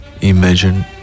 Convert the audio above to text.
imagine